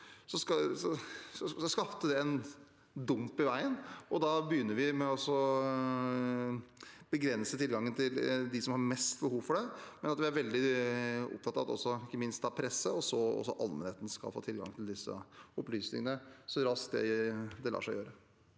skapte en dump i veien. Da begynner vi med tilgang til dem som har mest behov for det, men vi er veldig opptatt av at ikke minst presse, og så også allmennheten, skal få adgang til disse opplysningene så raskt det lar seg gjøre.